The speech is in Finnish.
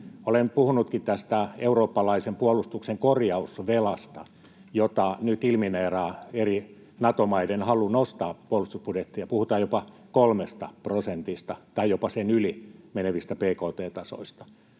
Olen puhunutkin tästä eurooppalaisen puolustuksen korjausvelasta, jota nyt ilmineeraa eri Nato-maiden halu nostaa puolustusbudjettia — puhutaan jopa kolmesta prosentista tai jopa sen yli menevistä bkt-tasoista.